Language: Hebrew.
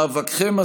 מאבקכם,